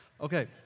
Okay